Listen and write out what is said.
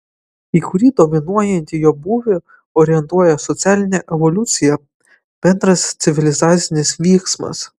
į kurį dominuojantį jo būvį orientuoja socialinė evoliucija bendras civilizacinis vyksmas